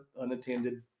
unattended